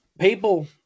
people